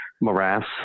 morass